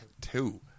two